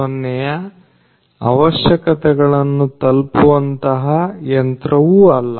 0ಯ ಅವಶ್ಯಕತೆಗಳನ್ನು ತಲುಪುವಂತಹ ಯಂತ್ರವು ಇದಲ್ಲ